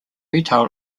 retail